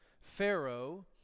Pharaoh